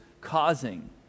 causing